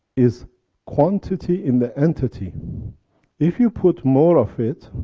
is quantity and the entity if you put more of it,